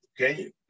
okay